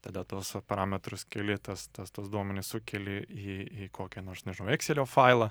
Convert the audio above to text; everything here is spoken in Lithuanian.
tada tuos parametrus keli tas tas tuos duomenis sukeli į į kokią nors nežinau ekselio failą